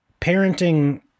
parenting